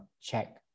check